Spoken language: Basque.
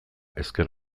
ezker